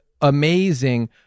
amazing